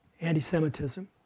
anti-Semitism